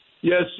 Yes